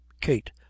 Kate